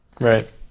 Right